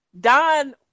Don